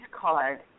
card